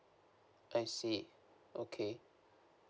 I see okay